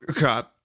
God